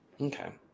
Okay